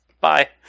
Bye